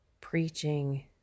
preaching